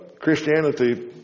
Christianity